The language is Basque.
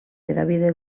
hedabide